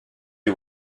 est